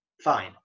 fine